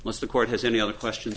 plus the court has any other questions